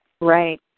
Right